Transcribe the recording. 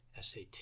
SAT